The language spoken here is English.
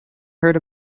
heard